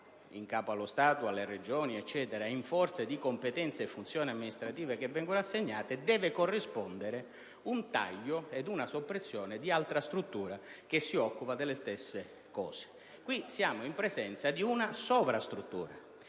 in capo allo Stato e alle Regioni in forza di competenze e funzioni amministrative assegnate deve corrispondere un taglio ed una soppressione di altra struttura che si occupi della stessa materia. Siamo qui in presenza di una sovrastruttura,